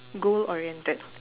goal oriented